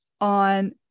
on